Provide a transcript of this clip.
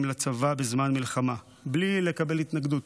לצבא בזמן מלחמה בלי לקבל התנגדות.